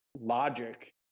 logic